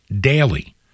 daily